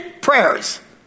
prayers